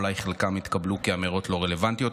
אולי חלקם יתקבלו כאמירות לא רלוונטיות,